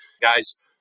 guys